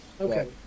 Okay